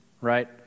right